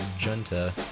junta